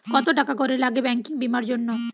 কত টাকা করে লাগে ব্যাঙ্কিং বিমার জন্য?